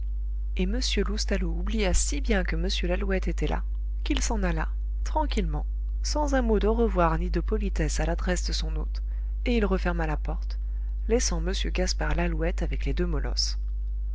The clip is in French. et m loustalot oublia si bien que m lalouette était là qu'il s'en alla tranquillement sans un mot d'au revoir ni de politesse à l'adresse de son hôte et il referma la porte laissant m gaspard lalouette avec les deux molosses